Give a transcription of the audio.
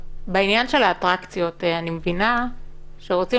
בעניין של האטרקציות אני מבינה שרוצים